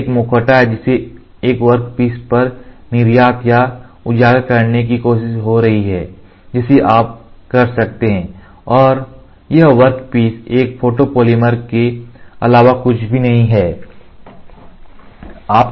यह एक मुखौटा है जिसे एक वर्कपीस पर निर्यात या उजागर करने की कोशिश हो रही है जिसे आप कर सकते हैं और यह वर्कपीस एक फोटोपॉलीमर के अलावा कुछ भी नहीं है